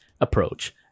approach